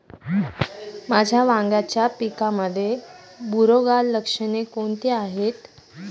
माझ्या वांग्याच्या पिकामध्ये बुरोगाल लक्षणे कोणती आहेत?